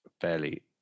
fairly